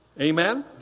amen